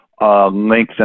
lengthen